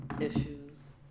issues